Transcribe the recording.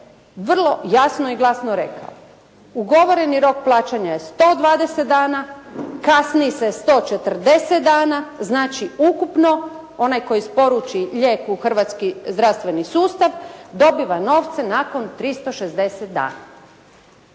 vrlo jasno i glasno rekao, ugovoreni rok plaćanja je 120 dana, kasni se 140 dana, znači ukupno onaj koji isporuči lijek u hrvatski zdravstveni sustav dobiva novce nakon 360 dana.